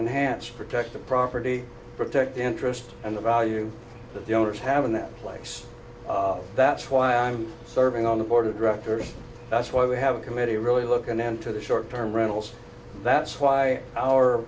enhance protect the property protect the interest and the value that the owners have in that place that's why i'm serving on the board of directors that's why we have a committee really looking into the short term rentals that's why our